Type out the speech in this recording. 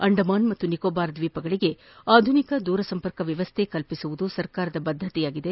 ಅಂಡಮಾನ್ ಮತ್ತು ನಿಕೋಬಾರ್ ದ್ವೀಪಗಳಿಗೆ ಆಧುನಿಕ ದೂರ ಸಂಪರ್ಕ ವ್ಯವಸ್ಥೆ ಒದಗಿಸುವುದು ಸರ್ಕಾರದ ಬದ್ಧತೆಯಾಗಿದೆ